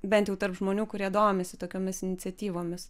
bent jau tarp žmonių kurie domisi tokiomis iniciatyvomis